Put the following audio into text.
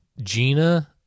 Gina